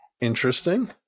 Interesting